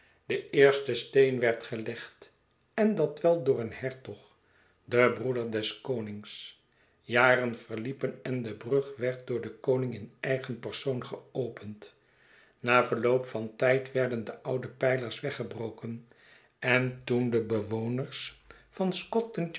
de eerste steen werd gelegd en dat wel door een hertog de broeder des konings jaren verliepen en de brug werd door den koning in eigen persopn geopend na verloop van tijd werden de oude pijlers weggebroken en toen de bewoners van